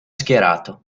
schierato